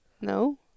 No